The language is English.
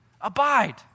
Abide